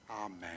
amen